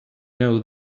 know